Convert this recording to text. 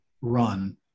run